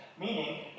meaning